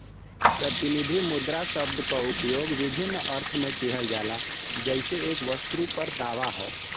प्रतिनिधि मुद्रा शब्द क उपयोग विभिन्न अर्थ में किहल जाला जइसे एक वस्तु पर दावा हौ